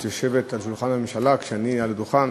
יושבת ליד שולחן הממשלה כשאני על הדוכן,